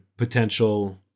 potential